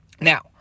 Now